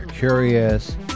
Curious